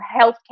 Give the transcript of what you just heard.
healthcare